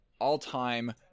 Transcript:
all-time